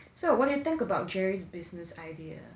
so what do you think about jerry's business idea